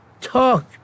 talk